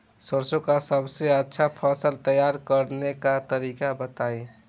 सरसों का सबसे अच्छा फसल तैयार करने का तरीका बताई